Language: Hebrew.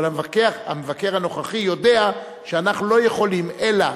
אבל המבקר הנוכחי יודע שאנחנו לא יכולים אלא,